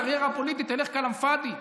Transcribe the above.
הקריירה פוליטית תלך כלאם פאדי.